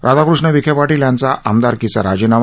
राधाकृष्ण विखे पाटील यांचा आमदारकीचा राजीनामा